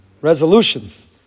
resolutions